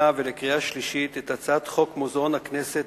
ולקריאה שלישית את הצעת חוק מוזיאון הכנסת,